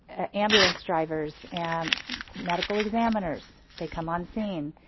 ambulance drivers, and medical examiners. they come on-scene.